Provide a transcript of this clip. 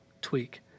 tweak